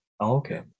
Okay